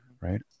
right